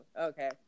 okay